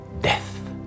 death